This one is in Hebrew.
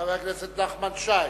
חבר הכנסת נחמן שי,